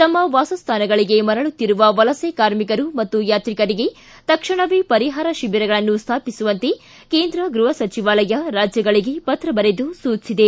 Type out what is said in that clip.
ತಮ್ಮ ವಾಸಸ್ಮಾನಗಳಿಗೆ ಮರಳುತ್ತಿರುವ ವಲಸೆ ಕಾರ್ಮಿಕರು ಮತ್ತು ಯಾತ್ರಿಕರಿಗೆ ತಕ್ಷಣವೇ ಪರಿಹಾರ ಶಿಬಿರಗಳನ್ನು ಸ್ವಾಪಿಸುವಂತೆ ಕೇಂದ್ರ ಗೃಹ ಸಚಿವಾಲಯ ರಾಜ್ಯಗಳಿಗೆ ಪತ್ರ ಬರೆದು ಸೂಚಿಸಿದೆ